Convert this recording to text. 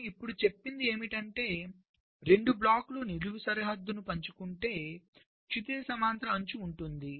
నేను ఇప్పుడు చెప్పినది ఏమిటంటే 2 బ్లాక్లు నిలువు సరిహద్దును పంచుకుంటే క్షితిజ సమాంతర అంచు ఉంటుంది